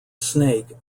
snake